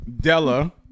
Della